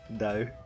No